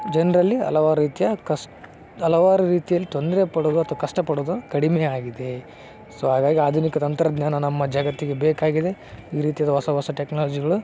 ಜನರಲ್ಲಿ ಹಲವಾರ್ ರೀತಿಯ ಕಷ್ ಹಲವಾರು ರೀತಿಯಲ್ಲಿ ತೊಂದರೆ ಪಡುವುದು ಅಥವಾ ಕಷ್ಟ ಪಡುವುದು ಕಡಿಮೆ ಆಗಿದೆ ಸೊ ಹಾಗಾಗಿ ಆಧುನಿಕ ತಂತ್ರಜ್ಞಾನ ನಮ್ಮ ಜಗತ್ತಿಗೆ ಬೇಕಾಗಿದೆ ಈ ರೀತಿಯಾದ ಹೊಸ ಹೊಸ ಟೆಕ್ನಾಲಜಿಗಳು